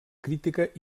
crítica